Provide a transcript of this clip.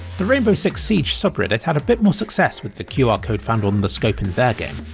the rainbow six siege subreddit had a bit more success with the qr-code found on the scope in their game.